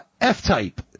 F-type